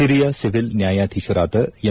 ಓರಿಯ ಸಿವಿಲ್ ನ್ಯಾಯಾಧೀಶರಾದ ಎಂ